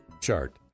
chart